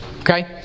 Okay